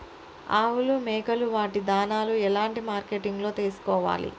ఆవులు మేకలు వాటి దాణాలు ఎలాంటి మార్కెటింగ్ లో తీసుకోవాలి?